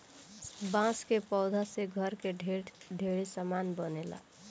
बांस के पौधा से घर के ढेरे सामान बनेला